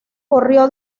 corrió